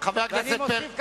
ואני מוסיף,